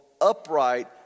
upright